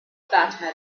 fatima